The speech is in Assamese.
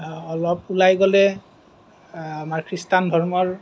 অলপ ওলাই গ'লে আমাৰ খ্ৰীষ্টান ধৰ্ম